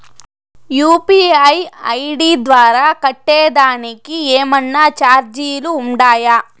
UPI ID ద్వారా కట్టేదానికి ఏమన్నా చార్జీలు ఉండాయా?